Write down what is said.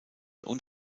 und